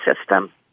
system